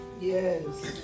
Yes